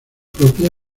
propia